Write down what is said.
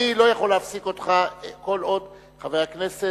אני לא יכול להפסיק אותך כל עוד חבר הכנסת